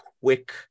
quick